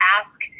ask